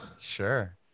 Sure